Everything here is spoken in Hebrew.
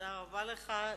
תודה רבה לך.